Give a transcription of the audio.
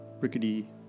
rickety